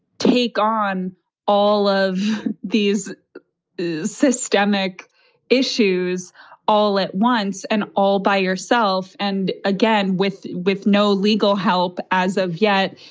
take on all of these systemic issues all at once and all by yourself and again with with no legal help as of yet,